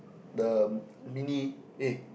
the mini eh